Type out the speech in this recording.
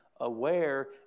aware